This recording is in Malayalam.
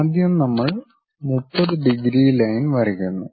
ആദ്യം നമ്മൾ 30 ഡിഗ്രി ലൈൻ വരയ്ക്കുന്നു